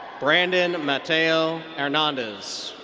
brandon mateo hernandez.